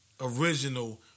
original